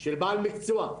של בעל מקצוע,